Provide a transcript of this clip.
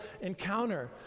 encounter